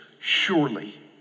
surely